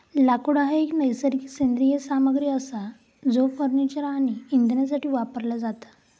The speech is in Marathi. लाकूड हा एक नैसर्गिक सेंद्रिय सामग्री असा जो फर्निचर आणि इंधनासाठी वापरला जाता